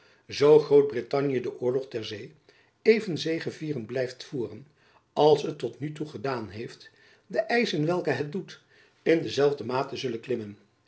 zoo grootbrittanje den oorlog ter zee even zegevierend blijft voeren als het tot nu toe gedaan heeft de eischen welke het doet in dezelfde mate zullen klimmen